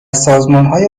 سازمانهای